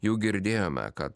jų girdėjome kad